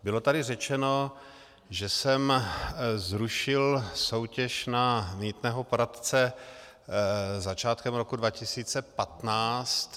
Bylo tady řečeno, že jsem zrušil soutěž na mýtného poradce začátkem roku 2015.